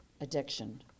addiction